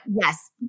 yes